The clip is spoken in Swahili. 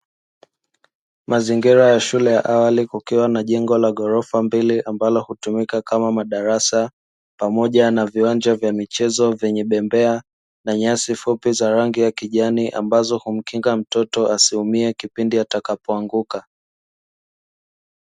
Mazingira ya shule ya awali, kukiwa na jengo la ghorofa mbili ambalo hutumika kama madarasa, na viwanja vya michezo vyenye bembea na nyasi fupi za kijani, ambazo humkinga mtoto asiumie kipindi atakapoanguka.